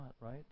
right